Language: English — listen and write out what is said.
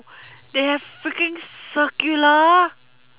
they have freaking circular